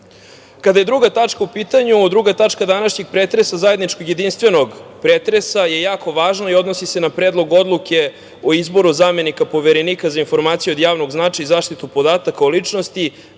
je druga tačka u pitanju, druga tačka današnjeg pretresa, zajedničkog i jedinstvenog, je jako važna i odnosi se na Predlog odluke o izboru zamenika Poverenika za informacije od javnog značaja i zaštitu podataka o ličnosti